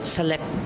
select